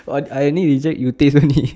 but I only reject you taste only